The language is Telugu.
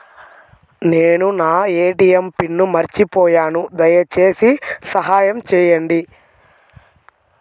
నేను నా ఏ.టీ.ఎం పిన్ను మర్చిపోయాను దయచేసి సహాయం చేయండి